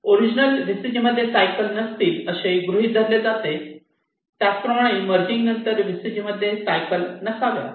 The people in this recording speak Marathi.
ओरिजनल VCG मध्ये सायकल नसतील असे गृहीत धरले जाते त्याचप्रमाणे मर्जिग नंतर VCG मध्ये सायकल नसाव्यात